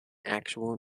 actual